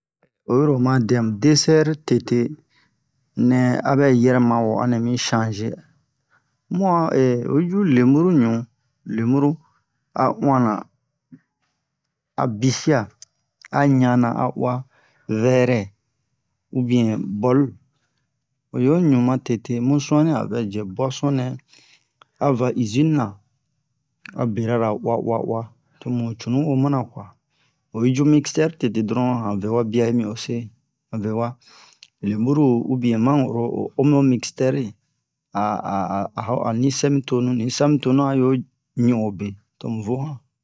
oyi ro oma dɛ mu dessert tete nɛ abɛ yɛrɛma wo anɛ mi changer mu a oyi ju leburu ɲu lemuru a uwa na a bishi a ɲana a uwa vɛrɛ ou bien bol o yo ɲu ma tete mu suani a vɛ jɛ boisson nɛ a va usine na a bera ra uwa uwa uwa to mu cunu wo mana kwa oyi ju mixer tete dron yan vɛwa bia yi mi o se han vɛwa leburu ou bien man'oro o omu ho mixer ri a a a'o ni sɛmu tonu ni hi sami tonu a yo ɲu o be tomu vo